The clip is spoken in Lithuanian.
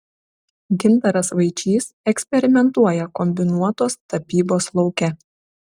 gintaras vaičys eksperimentuoja kombinuotos tapybos lauke